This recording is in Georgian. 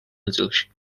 ნაწილში